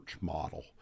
model